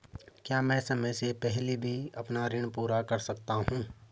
क्या मैं समय से पहले भी अपना ऋण पूरा कर सकता हूँ?